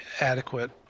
adequate